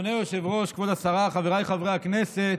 אדוני היושב-ראש, כבוד השרה, חבריי חברי הכנסת,